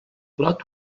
lot